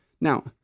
Now